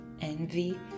envy